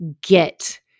get